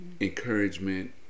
encouragement